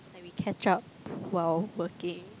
like we catch up while working